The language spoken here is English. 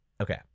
Okay